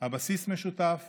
הבסיס משותף